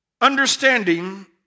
understanding